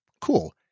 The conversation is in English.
Cool